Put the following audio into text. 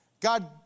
God